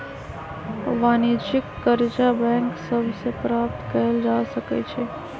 वाणिज्यिक करजा बैंक सभ से प्राप्त कएल जा सकै छइ